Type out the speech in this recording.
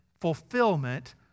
fulfillment